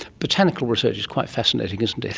botanical research is quite fascinating, isn't it.